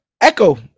echo